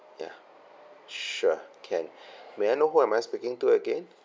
ya sure can may I know who am I speaking to again